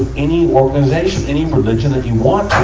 and any organization, any religion that you want